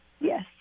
Yes